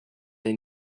the